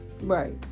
Right